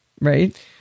Right